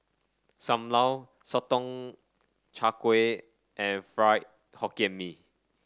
Sam Lau Sotong Char Kway and Fried Hokkien Mee